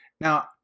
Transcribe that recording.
Now